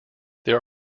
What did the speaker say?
there